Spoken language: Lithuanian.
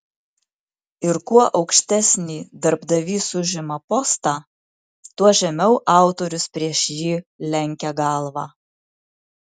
ir kuo aukštesnį darbdavys užima postą tuo žemiau autorius prieš jį lenkia galvą